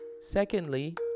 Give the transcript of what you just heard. Secondly